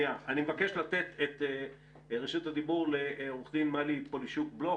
אני מבקש לתת את רשות הדיבור לעורך דין מלי פולישוק-בלוך